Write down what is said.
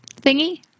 thingy